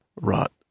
Rot